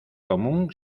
común